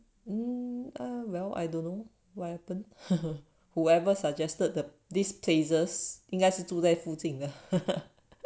um well I don't know what happened whoever suggested the this places 应该是住在附近的